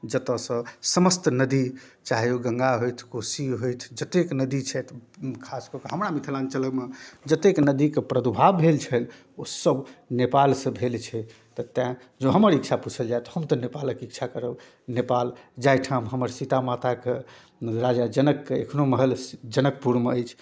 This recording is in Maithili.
जतऽसँ समस्त नदी चाहे ओ गङ्गा होथि कोशी होथि जतेक नदी छथि खासकऽ कऽ हमरा मिथिलाञ्चलमे जतेक नदीके प्रादुर्भाव भेल छल ओसब नेपालसँ भेल छै तऽ तेँ जँ हमर इच्छा पूछल जाए तऽ हम नेपालके इच्छा करब नेपाल जाहिठाम हमर सीता माताके राजा जनकके एखनहु महल जनकपुरमे अछि